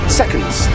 seconds